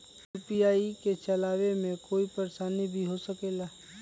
UPI के चलावे मे कोई परेशानी भी हो सकेला?